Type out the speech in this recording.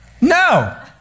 no